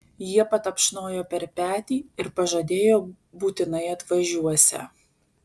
jie patapšnojo per petį ir pažadėjo būtinai atvažiuosią